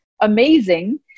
amazing